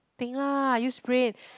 think lah use brain